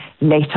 later